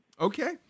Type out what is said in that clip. Okay